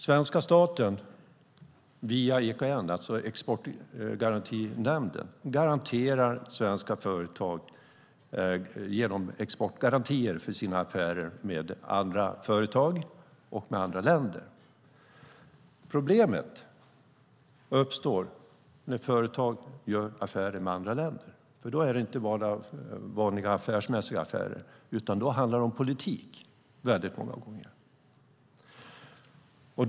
Svenska staten via EKN, Exportkreditnämnden, ger svenska företag exportgarantier för affärer med andra företag och med andra länder. Problemet uppstår när företag gör affärer med andra länder, för då är det inte bara vanliga, affärsmässiga affärer, utan då handlar det många gånger om politik.